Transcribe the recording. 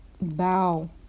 bow